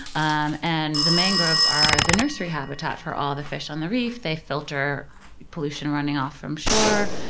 and and the mangroves are the nursery habitat for all the fish on the reef, they filter pollution running off from shore,